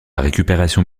récupération